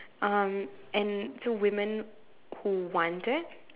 um and so women who wanted